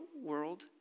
world